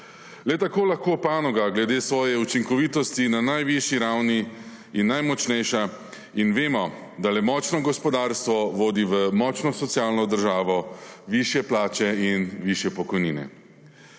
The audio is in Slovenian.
Le tako lahko panoga glede svoje učinkovitosti na najvišji ravni in najmočnejša in vemo, da le močno gospodarstvo vodi v močno socialno državo, višje plače in višje pokojnine.